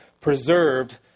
preserved